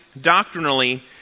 doctrinally